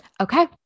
okay